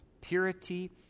Purity